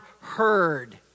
heard